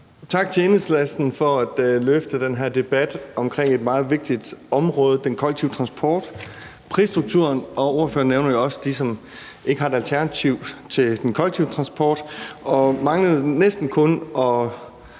Tak til Enhedslisten for at løfte den her debat omkring et meget vigtigt område, nemlig den kollektive transport og prisstrukturen, og spørgeren nævner jo også dem, som ikke har et reelt alternativ til den kollektive transport, og han manglede næsten kun at